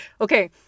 Okay